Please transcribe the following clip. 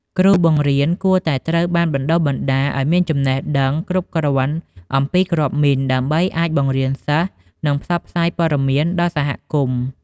គ្រូបង្រៀនគួរតែត្រូវបានបណ្ដុះបណ្ដាលឱ្យមានចំណេះដឹងគ្រប់គ្រាន់អំពីគ្រាប់មីន ដើម្បីអាចបង្រៀនសិស្ស និងផ្សព្វផ្សាយព័ត៌មានដល់សហគមន៍។